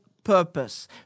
Purpose